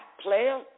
player